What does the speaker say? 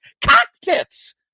cockpits